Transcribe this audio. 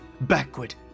backward